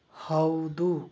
ಹೌದು